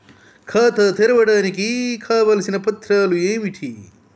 ఖాతా తెరవడానికి కావలసిన పత్రాలు ఏమిటి?